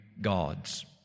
gods